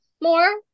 more